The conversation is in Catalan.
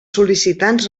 sol·licitants